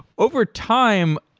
over time,